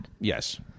Yes